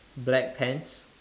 black pants